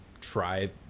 try